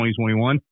2021